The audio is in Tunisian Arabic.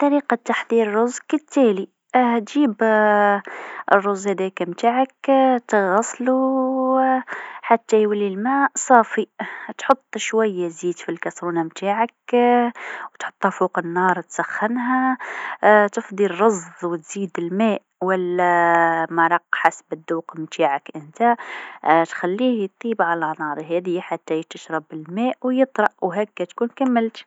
باش تحضر الأرز، أول حاجة اغسله شوية تحت الميه باش تتخلص من النشاء. بعدين، في طنجرة، حط الأرز والماء بنسبة اتنين الى واحد (مثلاً كوب أرز مع كوبين ميه). خلي الماء يغلي، ثم غطّ الطنجرة وخفّف النار. خليه يطهى لمدة عشرين دقيقة، وبعدين رشه بشوية ملح أو زبدة حسب الذوق.